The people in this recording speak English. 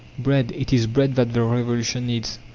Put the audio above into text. bread, it is bread that the revolution needs!